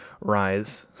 rise